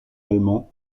allemand